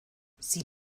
sie